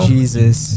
Jesus